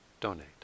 donate